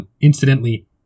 incidentally